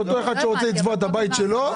אותו אחד שרוצה לצבוע את הבית שלו.